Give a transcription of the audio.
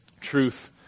truth